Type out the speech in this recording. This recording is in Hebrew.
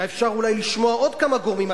היה אפשר אולי לשמוע עוד כמה גורמים.